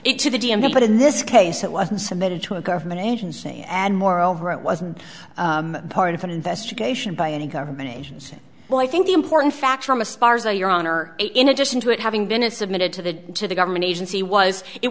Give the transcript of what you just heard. it to the d m v but in this case it wasn't submitted to a government agency and moreover it wasn't part of an investigation by any government agency well i think the important facts your honor in addition to it having been a submitted to the to the government agency was it